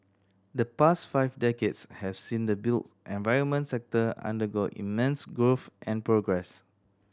the past five decades has seen the built environment sector undergo immense growth and progress